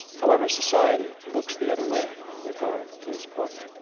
however society, looks the other way in regard to this point.